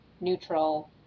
neutral